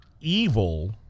evil